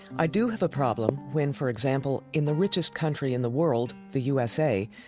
i do have a problem when, for example, in the richest country in the world, the u s a,